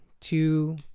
two